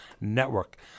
Network